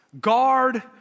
guard